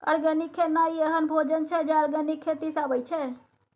organic खेनाइ एहन भोजन छै जे आर्गेनिक खेती सँ अबै छै